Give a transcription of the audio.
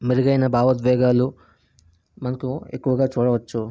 మెరుగైన భావోద్వేగాలు మనకు ఎక్కువగా చూడవచ్చు